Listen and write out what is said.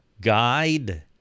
guide